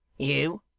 you